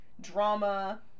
drama